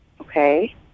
Okay